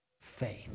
faith